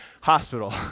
Hospital